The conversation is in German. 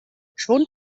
schwund